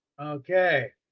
okay